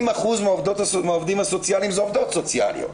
90% מהעובדים הסוציאליים הן עובדות סוציאליות,